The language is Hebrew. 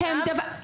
נעמה זה מסע צלב?